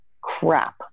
crap